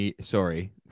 sorry